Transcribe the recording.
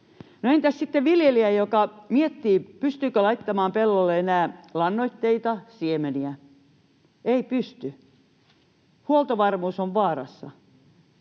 entäs sitten viljelijä, joka miettii, pystyykö laittamaan pellolle enää lannoitteita, siemeniä? — Ei pysty. Huoltovarmuus ja